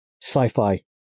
sci-fi